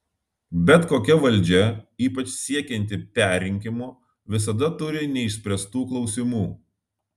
bet kokia valdžia ypač siekianti perrinkimo visada turi neišspręstų klausimų